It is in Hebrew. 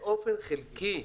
באופן חלקי,